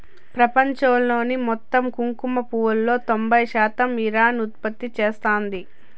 ప్రపంచంలోని మొత్తం కుంకుమ పువ్వులో తొంబై శాతం ఇరాన్ ఉత్పత్తి చేస్తాంది